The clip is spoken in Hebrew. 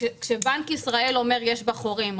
כשבנק ישראל אומר שיש בה חורים,